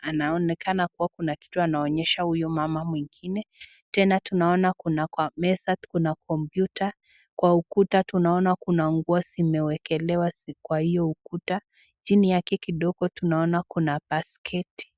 anaonekana kuwa kuna kitu anaonyesha huyo mama mwingine. Tena tunaona kwa meza kuna kompyuta, kwa ukuta tunaona kuna nguo zimewekelewa kwa hiyo ukuta, chini yake kidogo tunaona kuna basketi.